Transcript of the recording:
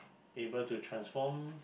able to transform